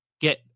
get